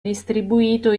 distribuito